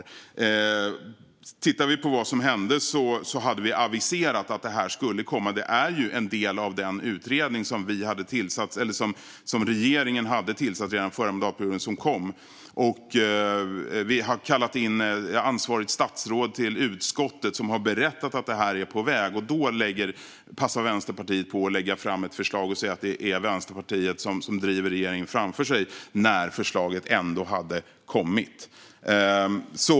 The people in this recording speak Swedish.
Om vi tittar på vad som hände ser vi att regeringen hade aviserat att det här skulle komma. Det är en del av den utredning som regeringen tillsatte redan under den förra mandatperioden. Man kallade in ansvarigt statsråd till utskottet, som berättade att det här är på väg. Då passade Vänsterpartiet på att lägga fram ett förslag och säga att det är Vänsterpartiet som driver regeringen framför sig - trots att förslaget ändå hade kommit.